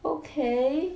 okay